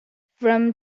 from